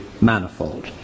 manifold